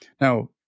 Now